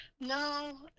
No